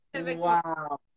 Wow